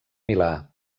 milà